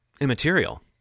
immaterial